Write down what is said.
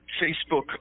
Facebook